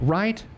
right